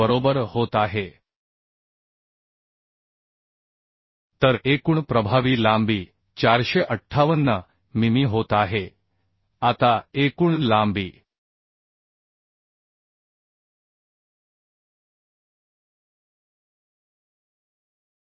बरोबर होत आहे तर एकूण प्रभावी लांबी 458 मिमी होत आहे आता एकूण लांबी 458 मि